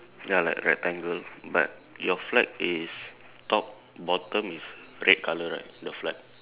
ya like rectangle but your flag is top bottom is red colour right the flag